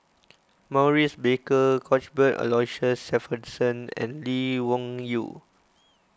Maurice Baker Cuthbert Aloysius Shepherdson and Lee Wung Yew